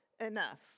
enough